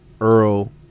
Earl